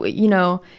but you know,